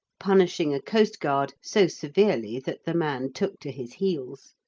punishing a coastguard so severely that the man took to his heels.